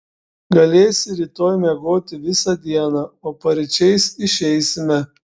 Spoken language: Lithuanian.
galėsi rytoj miegoti visą dieną o paryčiais išeisime